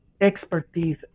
expertise